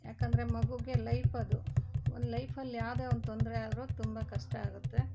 ಯಾಕಂದರೆ ಮಗುಗೆ ಲೈಫ್ ಅದು ಒಂದು ಲೈಫಲ್ಲಿ ಯಾವುದೇ ಒಂದು ತೊಂದರೆ ಆದರು ತುಂಬ ಕಷ್ಟ ಆಗುತ್ತೆ